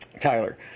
Tyler